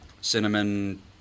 cinnamon